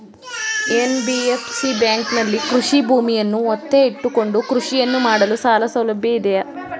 NBFC ಬ್ಯಾಂಕಿನಲ್ಲಿ ಕೃಷಿ ಭೂಮಿಯನ್ನು ಒತ್ತೆ ಇಟ್ಟುಕೊಂಡು ಕೃಷಿಯನ್ನು ಮಾಡಲು ಸಾಲಸೌಲಭ್ಯ ಇದೆಯಾ?